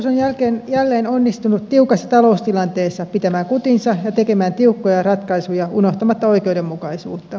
hallitus on jälleen onnistunut tiukassa taloustilanteessa pitämään kutinsa ja tekemään tiukkoja ratkaisuja unohtamatta oikeudenmukaisuutta